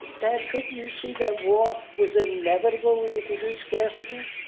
dad, couldn't you see that war was inevitable when you produce scarcity?